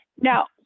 Now